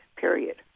period